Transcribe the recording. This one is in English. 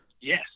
Yes